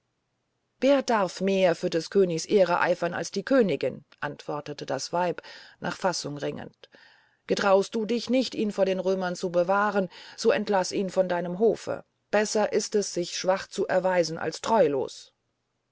wer darf mehr für des königs ehre eifern als die königin antwortete das weib nach fassung ringend getraust du dich nicht ihn vor den römern zu bewahren so entlaß ihn von deinem hofe besser ist es sich schwach zu erweisen als treulos